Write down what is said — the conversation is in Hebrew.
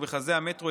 ובכלל זה המטרו,